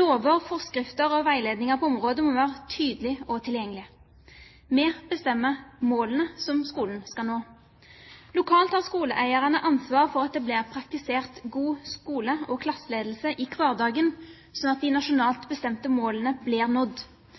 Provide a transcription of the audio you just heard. Lover, forskrifter og veiledninger på området må være tydelige og tilgjengelige. Vi bestemmer målene som skolen skal nå. Lokalt har skoleeierne ansvar for at det blir praktisert god skole- og klasseledelse i hverdagen, sånn at de nasjonalt